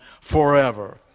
forever